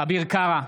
אביר קארה,